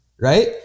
Right